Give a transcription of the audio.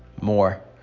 more